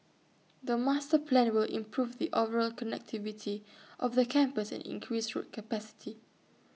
the master plan will improve the overall connectivity of the campus and increase road capacity